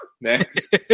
next